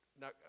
Now